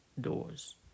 doors